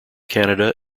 canada